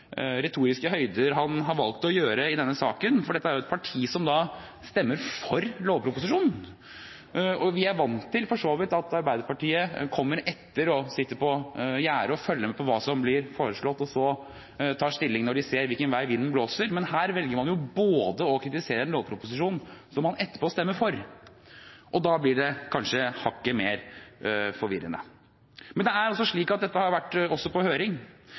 retoriske høyder han har valgt å gjøre i denne saken, for dette er et parti som stemmer for lovproposisjonen. Vi er for så vidt vant til at Arbeiderpartiet kommer etter og sitter på gjerdet og følger med på hva som blir foreslått, og så tar stilling når de ser hvilken vei vinden blåser. Men her velger man å kritisere en lovproposisjon som man etterpå stemmer for, og da blir det kanskje hakket mer forvirrende. Det er slik at dette også har vært på høring,